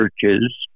churches